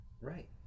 Right